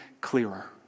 clearer